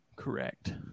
Correct